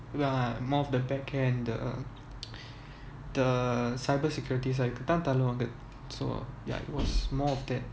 we are more of the back end the the cyber securities side தான் தள்ளுவாங்க:thaan thalluvaanga so ya it was more of that